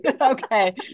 Okay